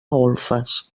golfes